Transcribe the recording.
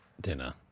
Dinner